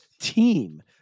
team